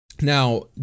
Now